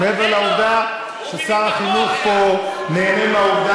מעבר לעובדה ששר החינוך פה נהנה מהעובדה